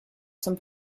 zum